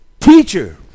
Teacher